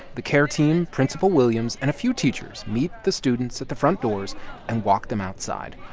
the care team, principal williams and a few teachers meet the students at the front doors and walk them outside.